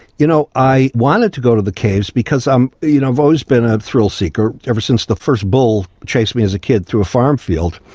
you know, i wanted to go to the caves because you know i've always been a thrill-seeker ever since the first bull chased me as a kid through a farm field.